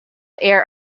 heir